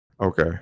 Okay